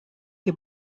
que